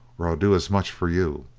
or i'll do as much for you.